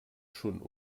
schon